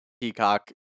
Peacock